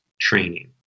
training